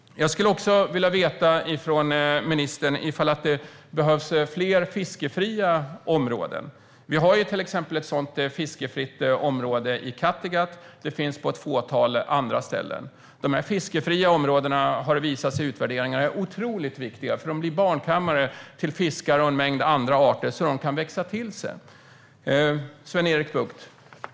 Jag skulle också vilja fråga ministern ifall det behövs fler fiskefria områden. Det finns ett sådant fiskefritt område i Kattegatt och på ett fåtal andra ställen. Det har visat sig vid utvärderingar att dessa fiskefria områden är otroligt viktiga. De är barnkammare till fiskar och en mängd andra arter så att de kan växa till sig. Sven-Erik Bucht!